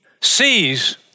sees